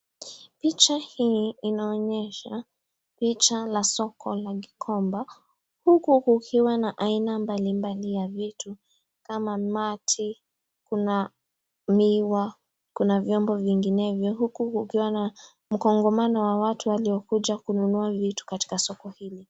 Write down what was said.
Picha hii inaonyesha , picha la soko la gikomba, huku ukiwa na aina mbalimbali ya vitu kama mati, kuna miwa, kuna vyombo vinginevyo , huku ukiwa na mkongomano wa watu waliokuja kununua vitu katika soko hili.